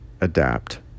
adapt